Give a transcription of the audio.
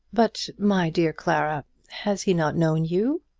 but, my dear clara, has he not known you?